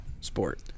sport